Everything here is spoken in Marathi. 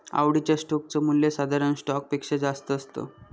आवडीच्या स्टोक च मूल्य साधारण स्टॉक पेक्षा जास्त असत